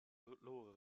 loro